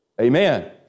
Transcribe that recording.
Amen